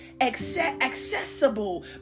accessible